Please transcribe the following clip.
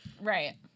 right